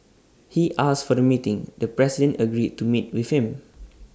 he asked for the meeting the president agreed to meet with him